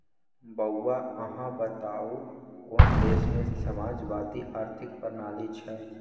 बौआ अहाँ बताउ कोन देशमे समाजवादी आर्थिक प्रणाली छै?